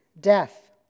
death